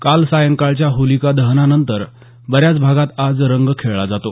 काल सायंकाळच्या होलिका दहनानंतर बऱ्याच भागात आज रंग खेळला जातो